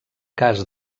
cas